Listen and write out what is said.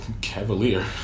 Cavalier